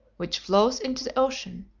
which flows into the ocean,